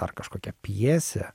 ar kažkokią pjesę